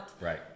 Right